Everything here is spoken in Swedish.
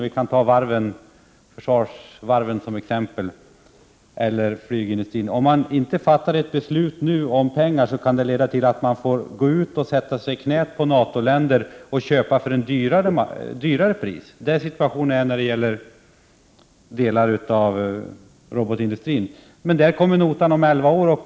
Vi kan ta försvarsvarven eller flygindustrin som exempel. Om man inte fattar beslut om pengar nu, så kan det leda till att man får gå ut och sätta sig i knät på NATO-länder och köpa till ett högre pris. Sådan är situationen när det gäller delar av robotindustrin. Men där kommer notan om elva år.